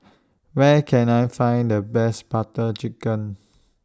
Where Can I Find The Best Butter Chicken